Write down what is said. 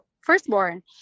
firstborn